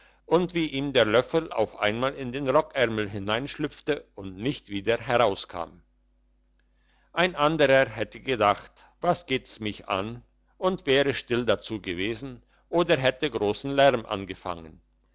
und wie ihm der löffel auf einmal in den rockärmel hineinschlüpfte und nicht wieder herauskam ein anderer hätte gedacht was geht's mich an und wäre still dazu gewesen oder hätte grossen lärm angefangen